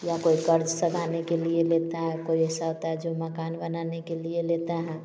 या कोई कर्ज सधाने के लिए लेता है कोई ऐसा होता है जो मकान बनाने के लिए लेता हैं